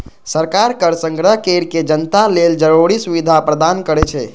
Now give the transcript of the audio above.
सरकार कर संग्रह कैर के जनता लेल जरूरी सुविधा प्रदान करै छै